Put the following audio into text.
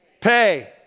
Pay